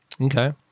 Okay